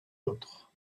autres